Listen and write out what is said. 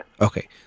okay